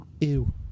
Ew